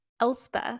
Elspeth